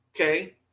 Okay